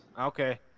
Okay